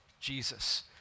Jesus